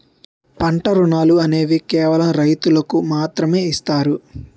పంట రుణాలు అనేవి కేవలం రైతులకు మాత్రమే ఇస్తారు